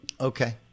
Okay